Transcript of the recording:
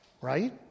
right